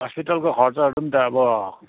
हस्पिटलको खर्चहरू पनि त अब